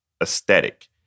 aesthetic